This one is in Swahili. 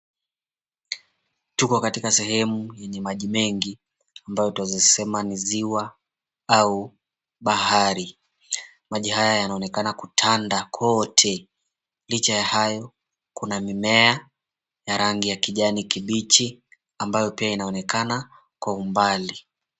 Tuko katika sehemu yenye maji mengi ambayo twaeza sema ni ziwa au bahari. Maji haya yanaonekana kutanda kote. Licha ya hayo kuna mimea ya rangi ya kijani kibichi ambayo pia inaonekana kwa umbali.